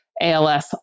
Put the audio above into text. ALS